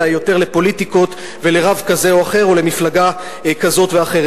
אלא יותר לפוליטיקות ולרב כזה או אחר או למפלגה כזאת ואחרת.